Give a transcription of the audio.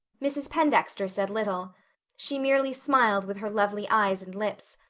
mrs. pendexter said little she merely smiled with her lovely eyes and lips,